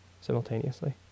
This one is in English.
simultaneously